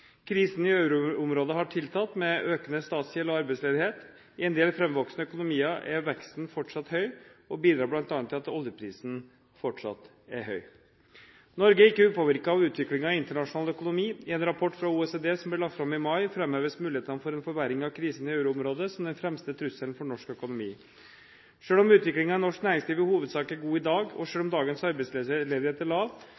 Krisen i euroområdet har tiltatt, med økende statsgjeld og arbeidsledighet. I en del framvoksende økonomier er veksten fortsatt høy, og bidrar bl.a. til at oljeprisen fortsatt er høy. Norge er ikke upåvirket av utviklingen i internasjonal økonomi. I en rapport fra OECD som ble lagt fram i mai, framheves mulighetene for en forverring av krisen i euroområdet som den fremste trusselen for norsk økonomi. Selv om utviklingen i norsk næringsliv i hovedsak er god i dag, og